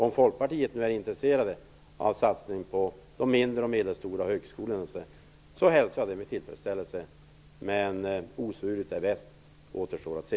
Om Folkpartiet nu är intresserade av en satsning på de mindre och medelstora högskolorna hälsar jag det med tillfredsställelse. Men osvuret är bäst - detta återstår att se.